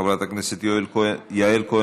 חברת הכנסת יעל כהן-פארן,